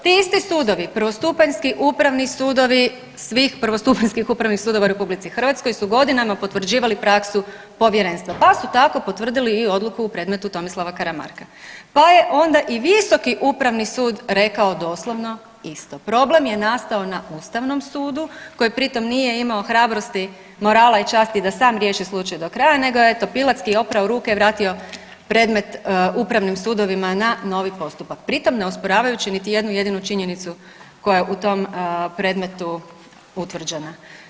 Ti isti sudovi prvostupanjski, upravni sudovi, svih prvostupanjskih upravnih sudova u RH su godinama potvrđivali praksu povjerenstva, pa su tako potvrdili i odluku u predmetu Tomislava Karamarka, pa je onda i visoki upravni sud rekao doslovno isto, problem je nastao na ustavnom sudu koji pri tom nije imao hrabrosti, morala i časti da sam riješi slučaj do kraja nego je eto pilotski oprao ruke i vratio predmet upravnim sudovima na novi postupak pri tom ne osporavajući niti jednu jedinu činjenicu koja je u tom predmetu utvrđenja.